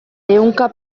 ehunka